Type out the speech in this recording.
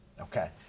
Okay